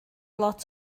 lot